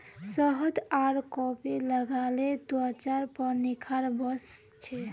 शहद आर कॉफी लगाले त्वचार पर निखार वस छे